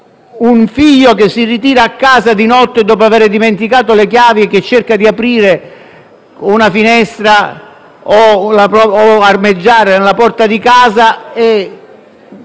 un figlio che rientra a casa di notte e, avendo dimenticato le chiavi, cerca di aprire una finestra o armeggia sulla porta di casa, e